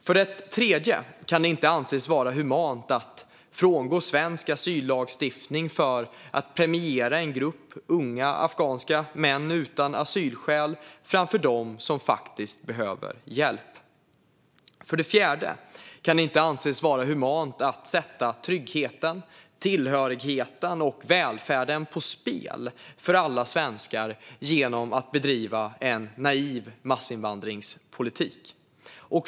För det tredje kan det inte anses vara humant att frångå svensk asyllagstiftning för att premiera en grupp unga afghanska män utan asylskäl framför dem som faktiskt behöver hjälp. För det fjärde kan det inte anses vara humant att sätta tryggheten, tillhörigheten och välfärden på spel för alla svenskar genom att bedriva en naiv massinvandringspolitik.